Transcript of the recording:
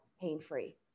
pain-free